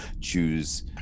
choose